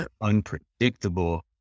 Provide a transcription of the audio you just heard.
unpredictable